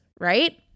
right